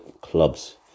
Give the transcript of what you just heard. clubs